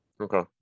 Okay